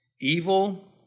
Evil